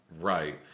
right